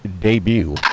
debut